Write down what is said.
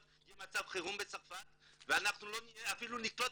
שיהיה מצב חירום בצרפת ואפילו נקלוט,